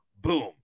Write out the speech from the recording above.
boom